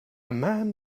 man